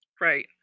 right